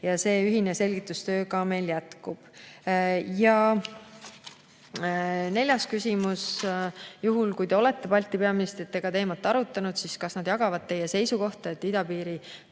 See ühine selgitustöö meil jätkub. Neljas küsimus: juhul, kui te olete Balti peaministritega teemat arutanud, siis kas nad jagavad teie seisukohta, et idapiiri tõket